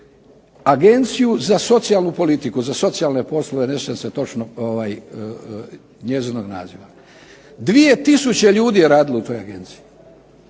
Agenciju za socijalnu politiku, za socijalne poslove ne sjećam se točno njezinog naziva. 2 tisuće ljudi je radilo u toj agenciji,